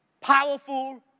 powerful